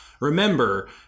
Remember